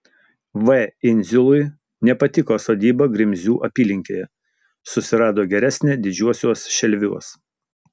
v indziului nepatiko sodyba grimzių apylinkėje susirado geresnę didžiuosiuos šelviuos